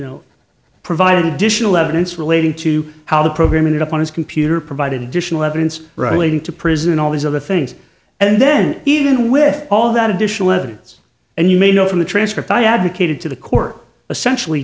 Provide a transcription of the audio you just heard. know provided additional evidence relating to how the program ended up on his computer provided additional evidence relating to prison and all these other things and then even with all that additional evidence and you may know from the transcript i advocated to the core essential